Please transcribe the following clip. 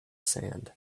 sand